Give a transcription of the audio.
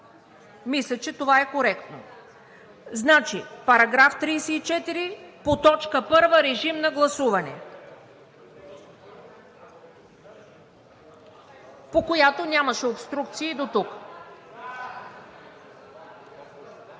Мисля, че това е коректно. Параграф 34 по т. 1 – режим на гласуване, по която нямаше обструкции дотук.